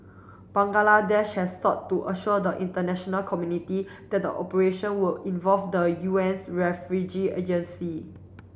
Bangladesh has sought to assure the international community that the operation would involve the U N's refugee agency